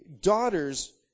daughters